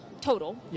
total